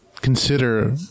consider